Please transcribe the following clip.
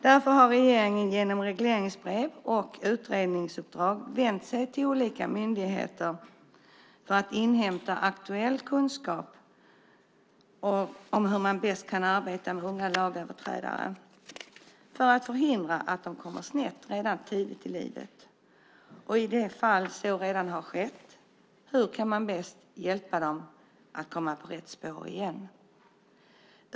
Därför har regeringen genom regleringsbrev och utredningsuppdrag vänt sig till olika myndigheter för att inhämta aktuell kunskap om hur man bäst kan arbeta med unga lagöverträdare för att förhindra att de kommer snett redan tidigt i livet och i de fall så redan har skett, hur man bäst kan hjälpa dem att komma på rätt spår igen.